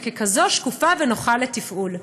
וככזו היא שקופה ונוחה לתפעול.